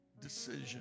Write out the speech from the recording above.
decision